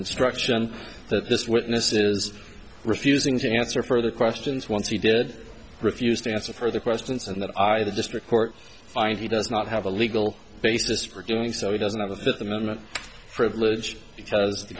instruction that this witness is refusing to answer further questions once he did refuse to answer further questions and that i the district court find he does not have a legal basis for doing so he doesn't have the fifth amendment privilege because the